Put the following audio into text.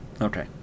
Okay